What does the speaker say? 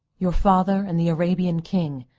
your father, and the arabian king,